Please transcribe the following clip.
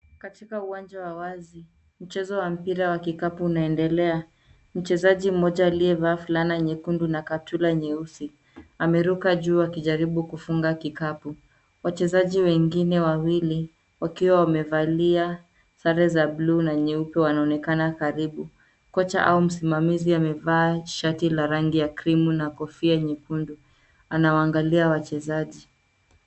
Katika uwanja wa wazi mchezo wa mpira wa kikapu unaendelea, mchezaji mmoja aliyevaa fulana nyekundu na kaptura nyeusi ameruka juu akijaribu kufunga kikapu, wachezaji wengine wawili wakiwa wamevalia sare za bluu na nyeupe wanaonekana karibu .Kocha au msimamizi amevaa shati la rangi ya krimu na kofia nyekundu anawaangalia wachezaji.